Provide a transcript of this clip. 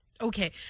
Okay